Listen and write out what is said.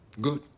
Good